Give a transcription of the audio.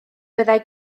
byddai